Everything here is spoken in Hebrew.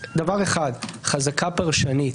דבר אחד חזקה פרשנית,